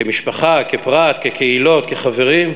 כמשפחה, כפרט, כקהילות, כחברים,